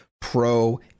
pro